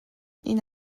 این